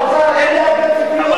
יושב-ראש העצמאות,